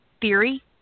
theory